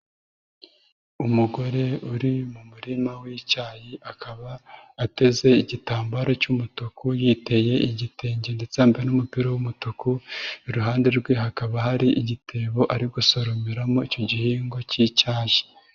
Umugore uri mu murima w'icyayi akaba ateze igitambaro cy'umutuku, yiteye igitenge ndetse yambaye n'umupira w'umutuku, iruhande rwe hakaba hari igitebo ari gusoromeramo icyo gihingwa k'icyayi.